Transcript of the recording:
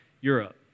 Europe